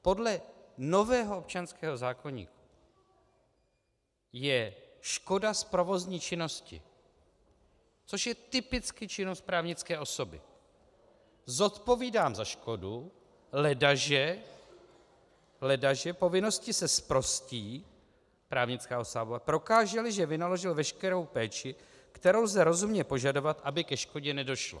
Podle nového občanského zákoníku škoda z provozní činnosti, což je typicky činnost právnické osoby, zodpovídám za škodu, ledaže ledaže povinnosti se zprostí právnická osoba, prokáželi, že vynaložil veškerou péči, kterou lze rozumně požadovat, aby ke škodě nedošlo.